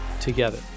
together